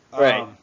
right